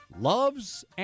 loves